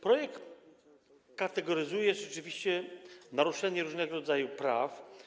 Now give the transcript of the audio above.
Projekt kategoryzuje rzeczywiście naruszanie różnego rodzaju praw.